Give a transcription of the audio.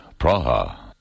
Praha